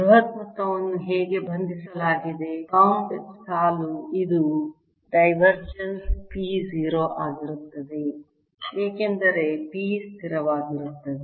ಬೃಹತ್ ಮೊತ್ತವನ್ನು ಹೇಗೆ ಬಂಧಿಸಲಾಗಿದೆ ಬೌಂಡ್ ಸಾಲು ಇದು ಡೈವರ್ಜೆನ್ಸ್ p 0 ಆಗಿರುತ್ತದೆ ಏಕೆಂದರೆ p ಸ್ಥಿರವಾಗಿರುತ್ತದೆ